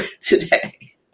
today